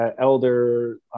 elder